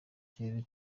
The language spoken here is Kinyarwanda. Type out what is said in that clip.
kirere